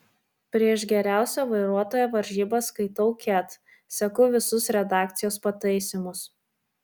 prieš geriausio vairuotojo varžybas skaitau ket seku visus redakcijos pataisymus